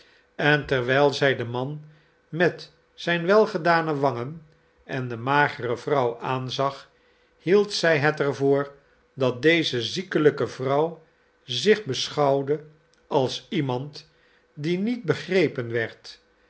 en terwijl zij den man met zijn welgedane wangen en de magere vrouw aanzag hield zij het er voor dat deze ziekelijke vrouw zich beschouwde als iemand die niet begrepen werd